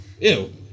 Ew